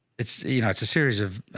it's, you know, it's a series of